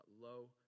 low